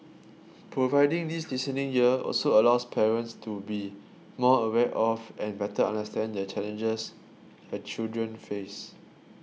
providing this listening ear also allows parents to be more aware of and better understand the challenges their children face